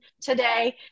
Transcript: today